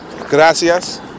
Gracias